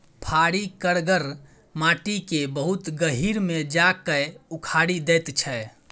फारी करगर माटि केँ बहुत गहींर मे जा कए उखारि दैत छै